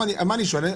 מה אני שואל?